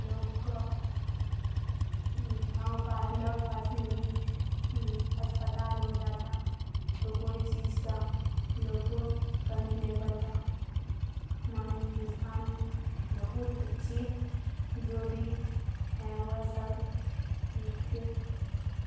لوگ کا گاؤں پا لوگ پاس میں بھی اسپتال ہو جاتا تو کوئی چیج کا لوگ کو کمی نہیں پڑتا ہمارے ہندوستان میں بہت اچھی جو بھی ہیں وہ سب لوگ کے